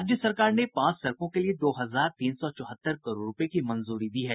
राज्य सरकार ने पांच सड़कों के लिए दो हजार तीन सौ चौहत्तर करोड़ रूपये की मंजूरी दी है